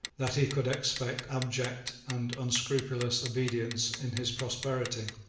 that he could expect abject and unscrupulous obedience in his prosperity.